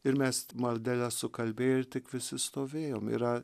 ir mes maldeles sukalbėję ir tik visi stovėjom yra